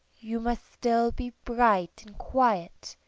you must still be bright and quiet,